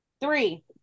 Three